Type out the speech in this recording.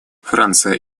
франция